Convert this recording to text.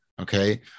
okay